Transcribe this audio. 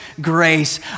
grace